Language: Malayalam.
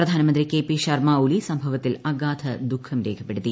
പ്രധാനമന്ത്രി കെ പി ശർമ്മ ഒലി സംഭവത്തിൽ അഗാധ ദുഖം രേഖപ്പെടുത്തി